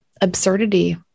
absurdity